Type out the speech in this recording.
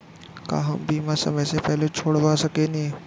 का हम बीमा समय से पहले छोड़वा सकेनी?